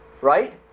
Right